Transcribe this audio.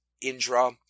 Indra